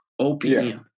OPM